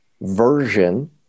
version